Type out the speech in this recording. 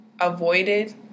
avoided